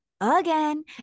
again